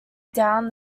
down